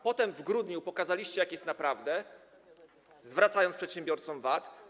Potem, w grudniu, pokazaliście, jak jest naprawdę, zwracając przedsiębiorcom VAT.